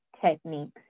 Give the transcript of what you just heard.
techniques